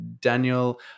Daniel